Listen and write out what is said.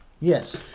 Yes